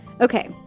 Okay